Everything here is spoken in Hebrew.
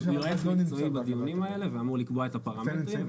הוא יועץ מקצועי בדיונים האלה ואמור לקבוע את הפרמטרים.